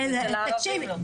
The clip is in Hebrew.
אצל הערבים לא.